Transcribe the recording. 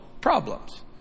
problems